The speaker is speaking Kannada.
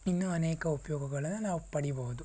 ಇನ್ನೂ ಅನೇಕ ಉಪಯೋಗಗಳನ್ನು ನಾವು ಪಡೀಬೋದು